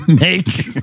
make